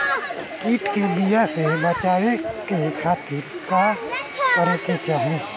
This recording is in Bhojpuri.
कीट के बीमारी से बचाव के खातिर का करे के चाही?